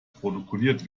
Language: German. protokolliert